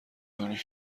کنی